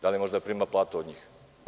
Da li možda prima platu od njih?